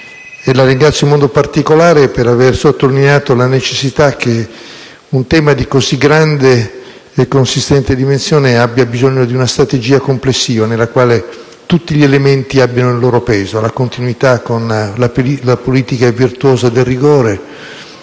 La ringrazio in modo particolare per aver sottolineato la necessità che un tema di così grande e consistente dimensione abbia bisogno di una strategia complessiva, nella quale tutti gli elementi abbiano il loro peso: la continuità con la politica virtuosa del rigore;